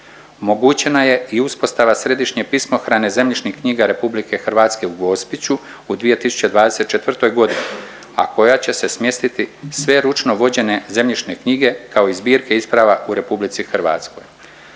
Omogućena je i uspostava Središnje pismohrane zemljišni knjiga RH u Gospiću u 2024.g., a koja će se smjestiti sve ručno vođene zemljišne knjige kao i zbirke isprava u RH.